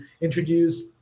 introduce